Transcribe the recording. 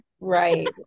Right